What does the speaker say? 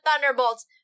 thunderbolts